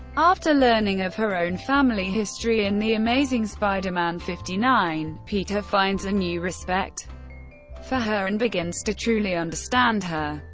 after learning of her own family history in the amazing spider-man fifty nine, peter finds a new respect for her and begins to truly understand her.